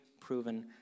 proven